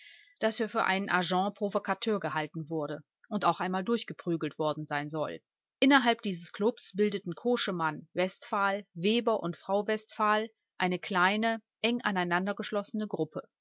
daß er für einen agent provocateur gehalten wurde und auch einmal durchgeprügelt worden sein soll innerhalb dieses klubs bildeten koschemann westphal weber und frau westphal eine kleine eng aneinander geschlossene gruppe